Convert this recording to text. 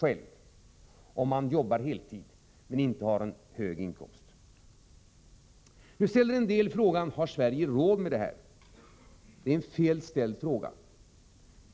själv om man jobbar heltid och inte har en hög inkomst. Somliga ställer frågan: Har Sverige råd med det här? Det är en felaktigt ställd fråga.